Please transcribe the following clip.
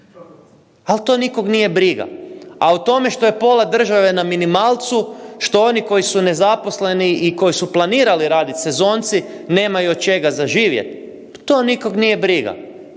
Ali to nikog nije briga, a o tome što je pola države na minimalcu, što oni koji su nezaposleni i koji su planirali raditi, sezonci, nemaju od čega za živjeti, pa to nikog nije briga.